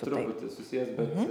truputį susijęs bet